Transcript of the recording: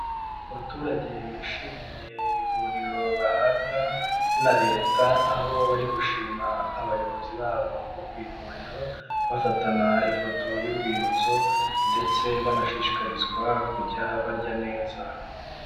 Abaturage bishimiye ivuriro bahabwa na Leta, aho bari gushima abayobozi babo ku ivuriro, bafatana ifoto y'urwibutso ndetse banashishikarizwa kujya barya neza.